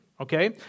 okay